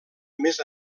més